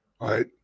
right